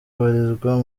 abarizwa